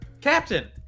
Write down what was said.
Captain